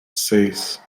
seis